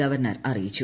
governor അറിയിച്ചു